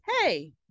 Hey